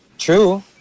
True